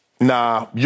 Nah